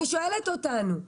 אני שואלת אותנו.